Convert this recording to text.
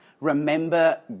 remember